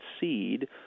seed